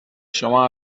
شما